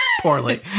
poorly